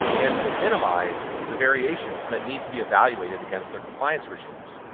and to minimize the variations that need to be evaluated against their compliance regimes.